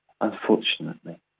unfortunately